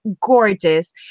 gorgeous